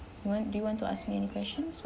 you want do you want to ask me any questions